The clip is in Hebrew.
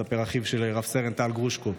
מספר אחיו של רב-סרן טל גרושקה.